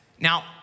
now